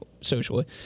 socially